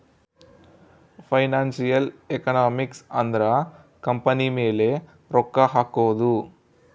financial economics ಅಂದ್ರ company ಮೇಲೆ ರೊಕ್ಕ ಹಕೋದು